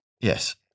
Yes